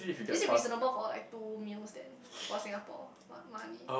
is it reasonable for like two meals then for Singapore what money